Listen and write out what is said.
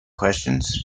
questions